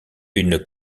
une